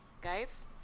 Guys